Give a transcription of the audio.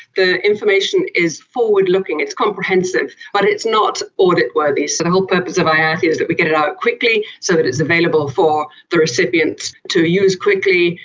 the information is forward looking, it's comprehensive, but it's not audit worthy. so purpose of ah iati is that we get it out quickly so that it's available for the recipient to use quickly.